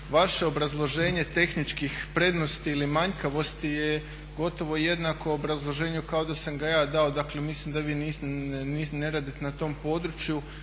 Vaše obrazloženje tehničkih prednosti ili manjkavosti je gotovo jednako obrazloženju kao da sam ga ja dao, dakle mislim da vi ne radite na tom području